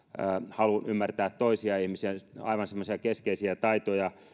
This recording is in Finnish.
haluun ymmärtää toisia ihmisiä aivan semmoisia keskeisiä taitoja